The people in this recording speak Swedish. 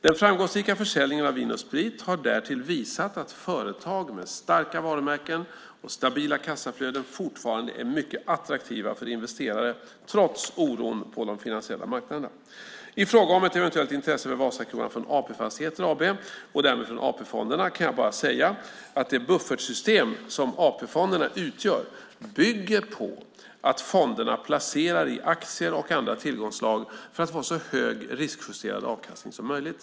Den framgångsrika försäljningen av Vin & Sprit har därtill visat att företag med starka varumärken och stabila kassaflöden fortfarande är mycket attraktiva för investerare, trots oron på de finansiella marknaderna. I fråga om ett eventuellt intresse för Vasakronan från AP Fastigheter AB, och därmed från AP-fonderna, kan jag bara säga att det buffertsystem som AP-fonderna utgör bygger på att fonderna placerar i aktier och andra tillgångsslag för att få så hög riskjusterad avkastning som möjligt.